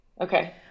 Okay